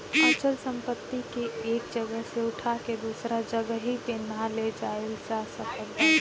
अचल संपत्ति के एक जगह से उठा के दूसरा जगही पे ना ले जाईल जा सकत बाटे